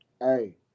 Hey